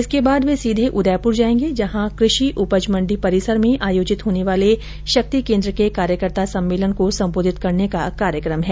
इसके बाद वे सीधे उदयपुर जायेंगे जहां कृषि उपज मंडी परिसर में आयोजित होने वाले शक्ति केन्द्र के कार्यकर्ता सम्मेलन को संबोधित करने का कार्यक्रम है